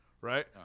right